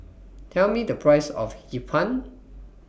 Tell Me The Price of Hee Pan